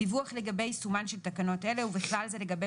דיווח לגבי יישומן של תקנות אלה ובכל לזה לגבי